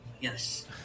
yes